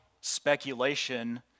speculation